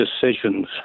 decisions